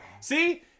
See